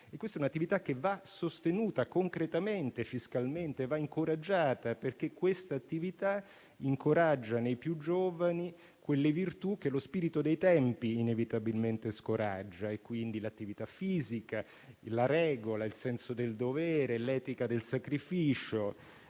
Questa è un'attività che va sostenuta concretamente e fiscalmente; va favorita perché incoraggia nei più giovani quelle virtù che lo spirito dei tempi inevitabilmente scoraggia e, quindi, l'attività fisica, la regola il senso del dovere, l'etica del sacrificio,